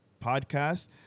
Podcast